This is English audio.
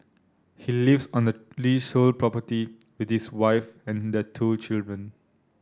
he lives on the leasehold property with his wife and their two children